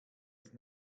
ist